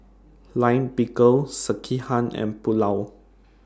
Lime Pickle Sekihan and Pulao